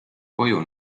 koju